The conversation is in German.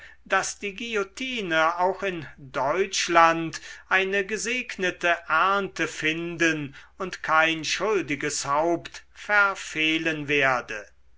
daß die guillotine auch in deutschland eine gesegnete ernte finden und kein schuldiges haupt verfehlen werde